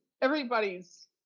everybody's